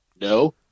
no